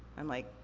i'm like,